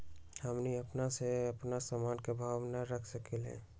हमनी अपना से अपना सामन के भाव न रख सकींले?